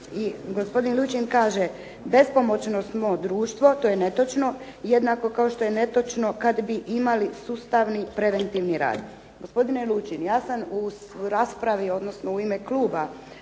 Gospodin Lučin kaže, bespomoćno smo društvo. To je netočno, jednako kao što je netočno kad bi imali sustavni preventivni raj. Gospodine Lučin, ja sam u raspravi odnosno u ime kluba